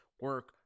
Work